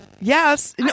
Yes